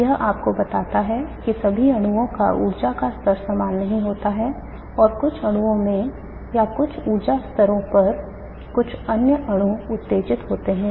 यह आपको बताता है कि सभी अणुओं का ऊर्जा स्तर समान नहीं होता है कुछ अणुओं में या कुछ ऊर्जा स्तरों पर कुछ अन्य अणु उत्तेजित होते हैं